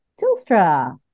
Tilstra